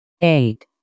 eight